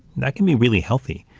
that can be really healthy.